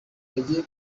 bagiye